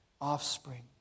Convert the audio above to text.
offspring